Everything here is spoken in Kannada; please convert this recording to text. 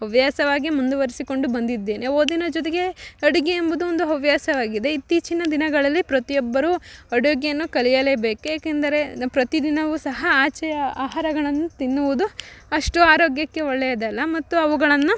ಹವ್ಯಾಸವಾಗಿ ಮುಂದುವರಿಸಿಕೊಂಡು ಬಂದಿದ್ದೇನೆ ಓದಿನ ಜೊತೆಗೆ ಅಡುಗೆ ಎಂಬುದು ಒಂದು ಹವ್ಯಾಸವಾಗಿದೆ ಇತ್ತೀಚಿನ ದಿನಗಳಲ್ಲಿ ಪ್ರತಿಯೊಬ್ಬರು ಅಡುಗೆಯನ್ನು ಕಲಿಯಲೆಬೇಕು ಏಕೆಂದರೆ ಪ್ರತಿದಿನವು ಸಹ ಆಚೆಯ ಆಹಾರಗಳನ್ನು ತಿನ್ನುವುದು ಅಷ್ಟು ಆರೋಗ್ಯಕ್ಕೆ ಒಳ್ಳೆಯದಲ್ಲ ಮತ್ತು ಅವುಗಳನ್ನು